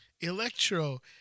Electro